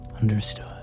Understood